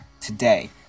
today